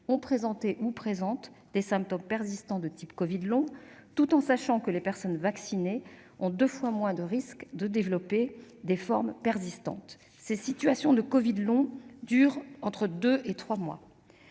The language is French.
ont présenté ou présentent des symptômes persistants de type covid long, tout en sachant que les personnes vaccinées ont deux fois moins de risque de développer des formes persistantes. Ces situations de covid long durent entre deux et trois mois,